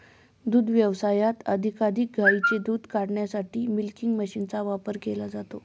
दुग्ध व्यवसायात अधिकाधिक गायींचे दूध काढण्यासाठी मिल्किंग मशीनचा वापर केला जातो